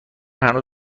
هنوز